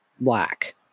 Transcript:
black